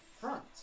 front